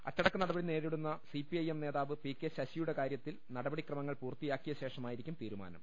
അച്ചടക്കനട്പടി നേരിടുന്ന സിപിഐഎം നേതാവ് P K Sasi യുടെ കാര്യത്തിൽ നടപടിക്രമങ്ങൾ പൂർത്തിയാക്കിയ ശേഷമായി രിക്കും തീരുമാനം